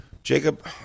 Jacob